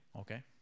Okay